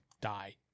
die